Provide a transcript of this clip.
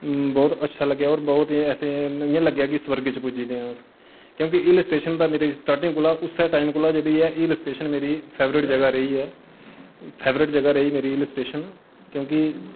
बौह्त अच्छा लग्गेआ होर बौह्त ऐसे इ'यां लग्गेआ कि स्वर्ग च पुज्जी गेदे आं अस क्योंकि हिल स्टेशन दा मेरा स्टार्टिंग कोला उस्सै टाईम कोला मेरी ऐ हिल स्टेशन मेरी फेवरट जगह् रेही ऐ फेवरट जगह् रेही मेरी हिल स्टेशन क्योंकि